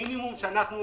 המינימום שאנחנו